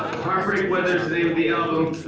ah heartbreak weather is the name of the album.